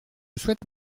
souhaite